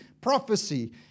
prophecy